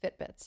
Fitbits